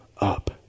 up